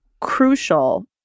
crucial